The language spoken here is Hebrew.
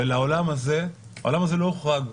העולם הזה לא הוחרג,